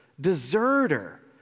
deserter